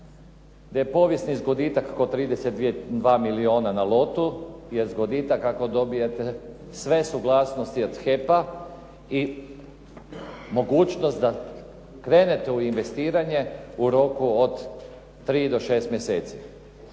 gdje je povijesni zgoditak kao 32 milijuna na lotu je zgoditak ako dobijete sve suglasnosti od HEP-a i mogućnost da krenete u investiranje u roku od 3 do 6 mjeseci.